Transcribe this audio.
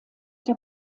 der